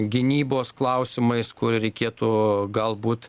gynybos klausimais kur reikėtų galbūt